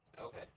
Okay